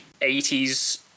80s